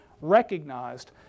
recognized